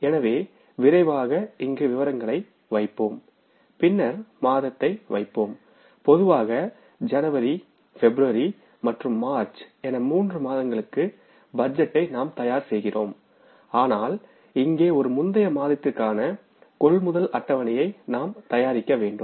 எனவே விரைவாக இங்கு விவரங்களை வைப்போம் பின்னர் மாதத்தை வைப்போம் பொதுவாக ஜனவரி பிப்ரவரி மற்றும் மார்ச் என மூன்று மாதங்களுக்கு பட்ஜெட்டை நாம் தயார் செய்கிறோம் ஆனால் இங்கே ஒரு முந்தைய மாதத்திற்கான கொள்முதல் அட்டவணையை நாம் தயாரிக்க வேண்டும்